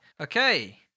Okay